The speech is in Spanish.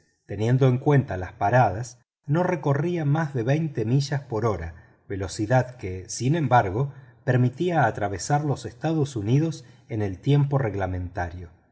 teniendo en cuenta las paradas no recorría más de veinte millas por hora velocidad que sin embargo permitía atravesar los estados unidos en el tiempo reglamentario